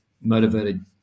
motivated